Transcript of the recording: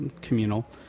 communal